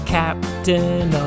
captain